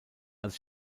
als